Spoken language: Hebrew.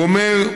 הוא אומר: